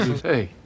Hey